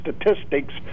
statistics